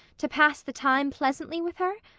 to pass the time pleasantly with her,